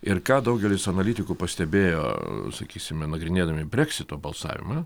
ir ką daugelis analitikų pastebėjo sakysime nagrinėdami breksito balsavimą